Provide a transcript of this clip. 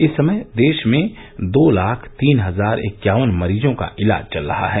इस समय देश में दो लाख तीन हजार इक्यावन मरीजों का इलाज चल रहा है